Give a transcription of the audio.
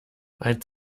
als